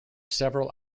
several